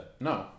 No